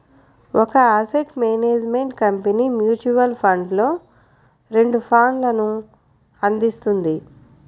ఒక asset management company mutual ఫండ్స్లో రెండు ప్లాన్లను అందిస్తుంది